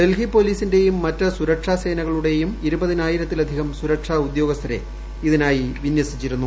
ഡൽഹി പൊലീസിന്റെയും മറ്റ് സുരക്ഷാസേനകളുടെയും ഇരുപതിനാ യിരത്തിലധികം സുരക്ഷാ ഉദ്യോഗസ്ഥരെ ഇതിനായി വിന്യസിച്ചിരുന്നു